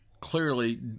clearly